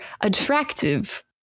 attractive